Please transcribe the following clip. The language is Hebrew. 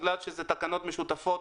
בגלל שזה תקנות משותפות,